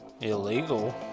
illegal